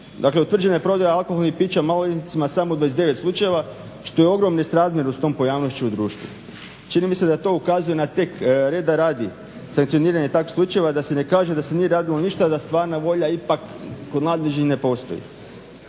Dakle, utvrđena je prodaja alkoholnih pića maloljetnicima samo u 29 slučajeva što je ogromni nesrazmjer s tom pojavnošću u društvu. Čini mi se da to ukazuje na tek reda radi sankcioniranje takvih slučajeva da se ne kaže da se nije radilo ništa, da stvarna volja ipak kod mladeži ne postoji.